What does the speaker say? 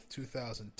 2010